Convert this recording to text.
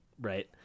right